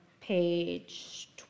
page